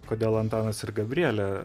kodėl antanas ir gabrielė